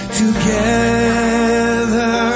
together